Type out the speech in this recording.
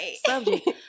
subject